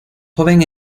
joven